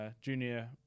Junior